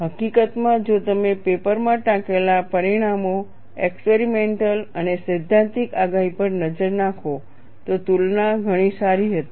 હકીકતમાં જો તમે પેપરમાં ટાંકેલા પરિણામો એક્સપેરિમેન્ટલ અને સૈદ્ધાંતિક આગાહી પર નજર નાખો તો તુલના ઘણી સારી હતી